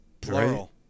plural